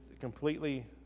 completely